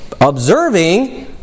observing